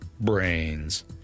brains